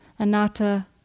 Anatta